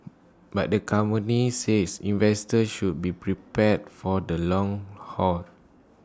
but the company said investors should be prepared for the long haul